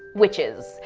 witches.